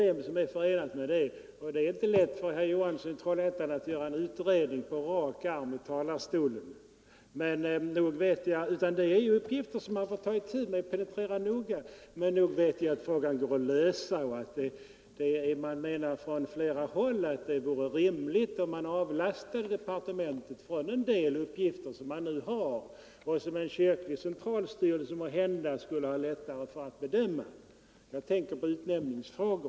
Det stat är uppenbarligen inte lätt för herr Johansson i Trollhättan att göra en utredning på rak arm i talarstolen. Detta är uppgifter som man får ta itu med i en särskild utredning. Men nog vet jag att frågan går att lösa. Man menar från flera håll att det vore rimligt att avlasta departementet en del uppgifter, som en kyrklig centralstyrelse måhända skulle ha lättare att hantera, t.ex. utnämningsfrågor.